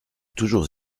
toujours